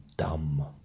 Dumb